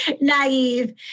naive